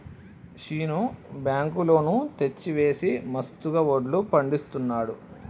Seenu bank loan తెచ్చి వేసి మస్తుగా వడ్లు పండిస్తున్నాడు